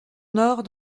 nord